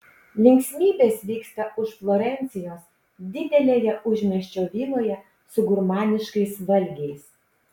linksmybės vyksta už florencijos didelėje užmiesčio viloje su gurmaniškais valgiais